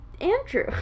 andrew